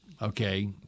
okay